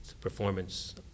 performance